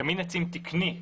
קמין עצים תקני,